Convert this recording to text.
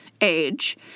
age